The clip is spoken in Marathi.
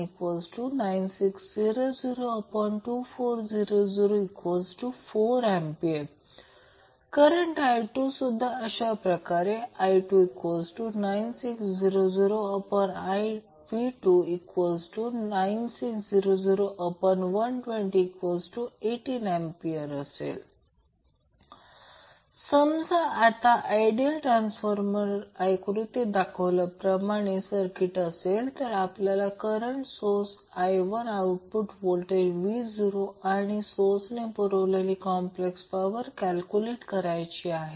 6kVA म्हणून I19600V1960024004A करंट I2 हा अशाप्रकारे I29600V2960012080A समजा आता आयडियल ट्रान्सफॉर्मरमध्ये आकृतीत दाखवल्याप्रमाणे सर्किट असेल तर आपल्याला current source I1 output voltage V0 आणि सोर्सने पुरवलेली कॉम्प्लेक्स पॉवर कॅल्क्युलेट करायची आहे